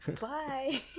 Bye